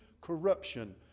corruption